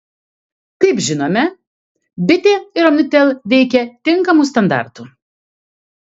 kaip žinome bitė ir omnitel veikia tinkamu standartu